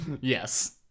Yes